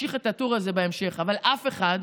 אמשיך את הטור הזה בהמשך, אבל אף אחד,